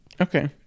Okay